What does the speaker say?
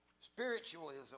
Spiritualism